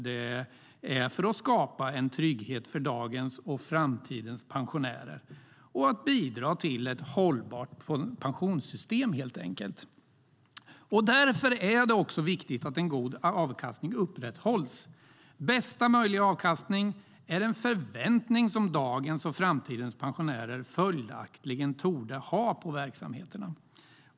Det är för att skapa en trygghet för dagens och framtidens pensionärer och bidra till ett hållbart pensionssystem, helt enkelt. Därför är det också viktigt att en god avkastning upprätthålls. Bästa möjliga avkastning är en förväntning som dagens och framtidens pensionärer följaktligen torde ha på verksamheterna.